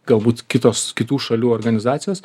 galbūt kitos kitų šalių organizacijos